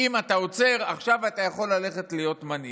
אם אתה עוצר, עכשיו אתה יכול ללכת להיות מנהיג.